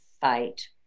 fight